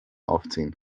aufziehen